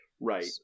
Right